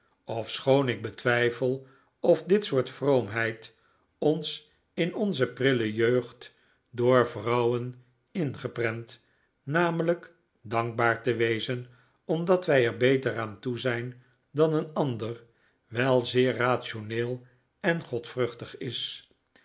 ofschoon ik betwijfel of dit soort vroomheid ons in onze prille jeugd door vrouwen ingeprent namelijk dankbaar te wezen omdat wij er beter aan toe zijn dan een ander wel zeer rationed en godvruchtig is